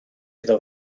iddo